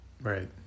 Right